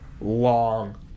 long